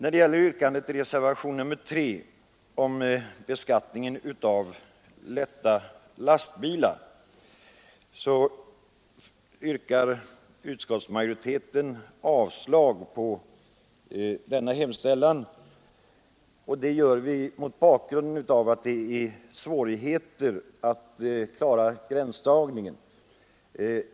Reservationen 3 bygger på motionen 1035 om beskattningen av lätta lastbilar, som avstyrkts av utskottsmajoriteten mot bakgrund av att det är svårigheter att klara gränsdragningen.